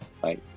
Bye